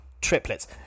triplets